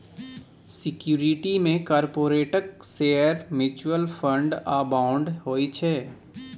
security मे कारपोरेटक share, mutual fund आ बांड होइ छै